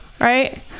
right